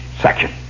section